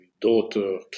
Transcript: daughter